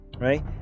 Right